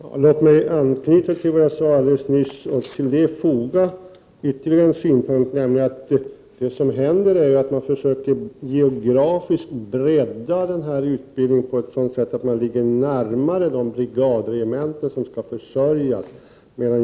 Herr talman! Låt mig anknyta till vad jag sade alldeles nyss och till det foga ytterligare en synpunkt, nämligen att det som händer är att man försöker geografiskt bredda denna utbildning på ett sådant sätt att den ligger närmare de brigadregementen som skall försörjas.